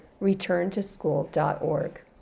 returntoschool.org